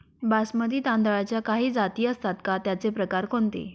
बासमती तांदळाच्या काही जाती असतात का, त्याचे प्रकार कोणते?